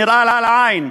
הנראה לעין.